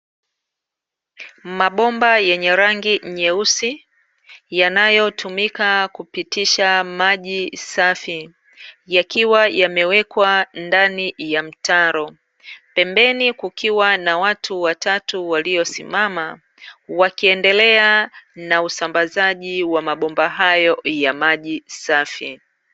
Mabomba yenye rangi nyeusi yanayo tumika kupitisha maji safi yakiwa yamewekwa ndani ya mtaro. Pembeni kukiwa na watu watatu waliosimama wakiendelea na usambazaji wa mabomba hayo ya maji safi.